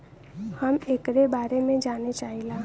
हम एकरे बारे मे जाने चाहीला?